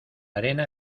arena